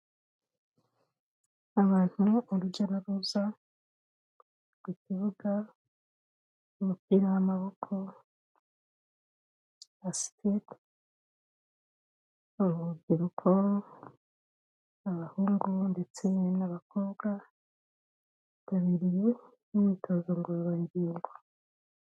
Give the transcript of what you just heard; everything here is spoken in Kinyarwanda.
Abantu ni urujya n'uruza ku kibuga cy'umupira w'amaboko basikete, ni urubyiruko abahungu ndetse n'abakobwa bitabiriye imyitozo ngororangingo.